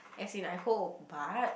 as in I hope but